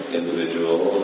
individual